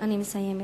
אני מסיימת.